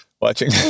watching